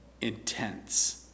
intense